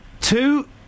two